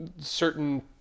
certain